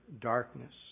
darkness